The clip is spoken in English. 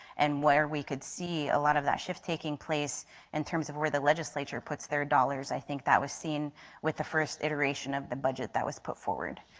and where we could see a lot of that shift taking place in terms of where the legislature puts their dollars, i think that was seen with the first iteration of the budget that was put forward.